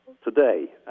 today